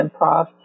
improv